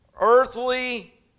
earthly